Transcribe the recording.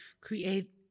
create